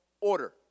order